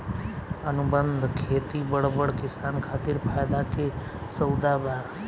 अनुबंध खेती बड़ बड़ किसान खातिर फायदा के सउदा बा